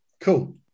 Cool